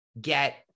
get